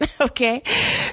Okay